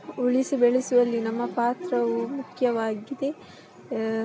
ಉಳಿಸಿ ಬೆಳೆಸುವಲ್ಲಿ ನಮ್ಮ ಪಾತ್ರವು ಮುಖ್ಯವಾಗಿದೆ